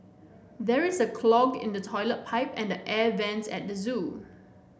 there is a clog in the toilet pipe and air vents at the zoo